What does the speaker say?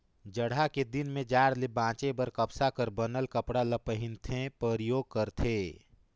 जड़हा के दिन में जाड़ ले बांचे बर कपसा कर बनल कपड़ा ल पहिनथे, परयोग करथे